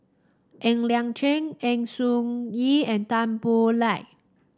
Ng Liang Chiang soon Yee and Tan Boo Liat